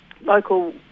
local